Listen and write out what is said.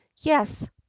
yes